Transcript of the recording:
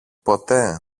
ποτέ